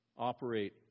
operate